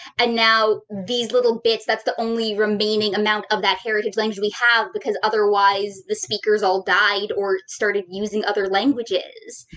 and now these little bits that's the only remaining amount of that heritage language we have, because otherwise the speakers all died or started using other languages.